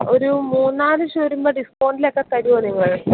ഒരു മൂന്ന് നാല് ഷൂ വരുമ്പോൾ ഡിസ്കൗണ്ടിലൊക്കെ തരുമോ നിങ്ങൾ